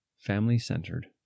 family-centered